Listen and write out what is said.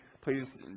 please